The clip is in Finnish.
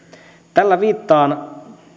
tällä viittaan